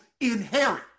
inherit